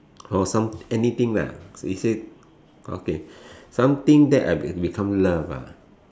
or some anything lah we say okay something that will can become love ah